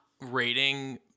rating